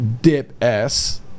DIP-S